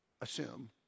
assume